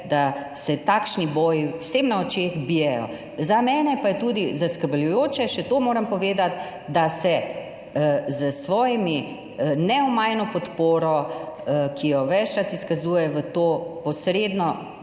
da se takšni boji vsem na očeh bijejo. Za mene pa je tudi zaskrbljujoče - še to moram povedati -, da se s svojimi neomajno podporo, ki jo ves čas izkazuje, v to posredno